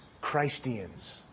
Christians